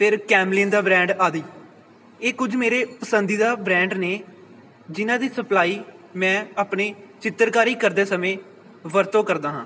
ਫਿਰ ਕੈਮਲੀਨ ਦਾ ਬ੍ਰੈਂਡ ਆਦਿ ਇਹ ਕੁਝ ਮੇਰੇ ਪਸੰਦੀਦਾ ਬ੍ਰੈਂਡ ਨੇ ਜਿਨ੍ਹਾਂ ਦੀ ਸਪਲਾਈ ਮੈਂ ਆਪਣੇ ਚਿੱਤਰਕਾਰੀ ਕਰਦੇ ਸਮੇਂ ਵਰਤੋਂ ਕਰਦਾ ਹਾਂ